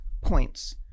points